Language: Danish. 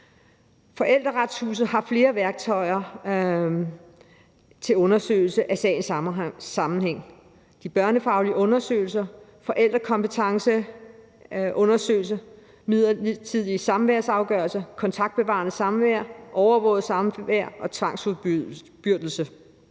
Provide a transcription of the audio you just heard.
Familieretshuset har flere værktøjer til at undersøge sagens sammenhæng: børnefaglige undersøgelser, undersøgelse af forældrekompetencer, midlertidige samværsafgørelser, kontaktbevarende samvær, overvåget samvær og tvangsfuldbyrdelse.